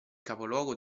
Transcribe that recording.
capoluogo